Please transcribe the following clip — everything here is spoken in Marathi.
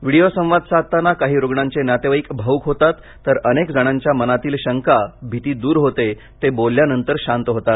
व्हिडिओ संवाद साधताना काही रुग्णांचे नातेवाईक भावूक होतात तर अनेक जणांच्या मनातील शंका भीती दूर होते ते बोलल्यावर शांत होतात